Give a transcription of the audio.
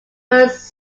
west